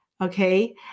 okay